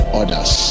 others